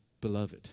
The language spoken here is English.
beloved